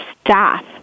staff